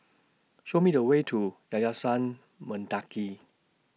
Show Me The Way to Yayasan Mendaki